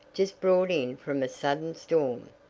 just brought in from a sudden storm.